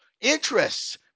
interests